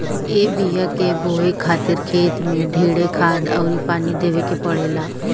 ए बिया के बोए खातिर खेत मे ढेरे खाद अउर पानी देवे के पड़ेला